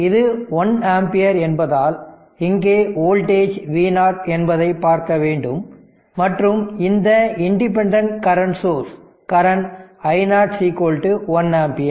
இது 1 ஆம்பியர் என்பதால் இங்கே வோல்டேஜ் V0 என்பதை பார்க்க வேண்டும் மற்றும் இந்த independent current source current i0 1 ampere